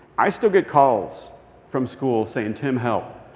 i still get calls from schools saying, tim, help.